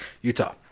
utah